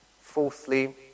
Fourthly